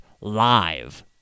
live